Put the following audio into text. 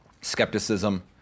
skepticism